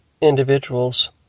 individuals